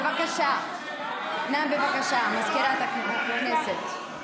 בבקשה, מזכירת הכנסת.